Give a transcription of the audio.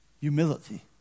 Humility